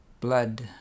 blood